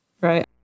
right